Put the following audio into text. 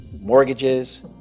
mortgages